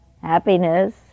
happiness